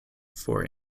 for